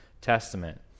Testament